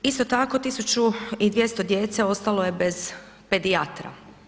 Isto tako 1.200 djece ostalo je bez pedijatra.